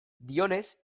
dioenez